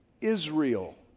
Israel